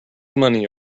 money